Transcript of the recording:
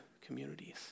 communities